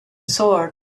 sword